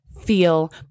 feel